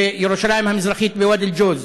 בירושלים המזרחית, בוואדי ג'וז,